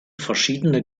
verschiedene